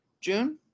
June